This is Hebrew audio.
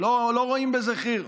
לא רואים בזה חיר.